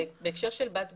בהקשר של בת גלים,